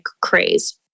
craze